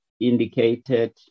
indicated